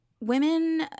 women